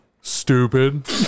Stupid